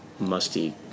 Musty